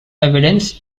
evidence